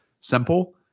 simple